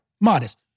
Modest